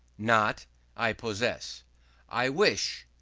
not i possess i wish,